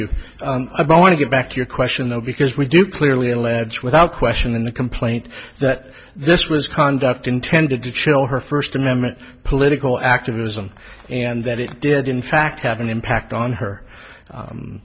don't want to get back to your question though because we do clearly allege without question in the complaint that this was conduct intended to chill her first amendment political activism and that it did in fact have an impact on her